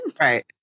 Right